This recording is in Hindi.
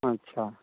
अच्छा